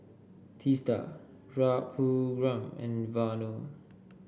Teesta Raghuram and Vanu